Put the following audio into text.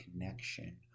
connection